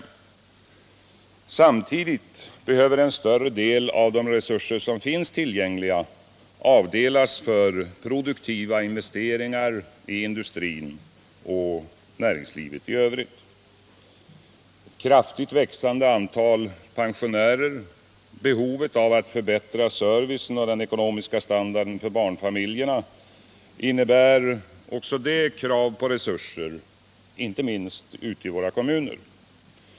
Samtidigt behöver en större del av de resurser som finns tillgängliga avdelas för produktiva investeringar i industrin och näringslivet i övrigt. Ett kraftigt växande antal pensionärer och behovet av att förbättra servicen och den ekonomiska standarden för barnfamiljerna innebär också det krav på resurser, inte minst i kommunerna.